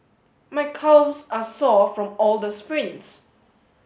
my calves are sore from all the sprints